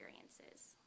experiences